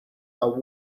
are